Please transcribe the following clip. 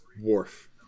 Worf